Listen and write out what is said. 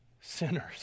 sinners